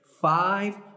five